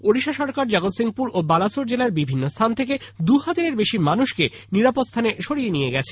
ওড়িশা সরকার জগৎসিংপুর ও বালাসোর জেলার বিভিন্ন স্থান থেকে দুহাজারের বেশী মানুষকে নিরাপদ স্থানে সরিয়ে নিয়ে গেছে